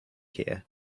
here